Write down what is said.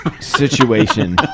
situation